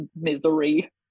misery